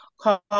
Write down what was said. call